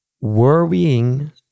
Worrying